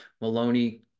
Maloney